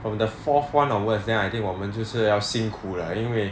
from the fourth [one] onwards then I think 我们就是要辛苦了因为